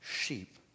sheep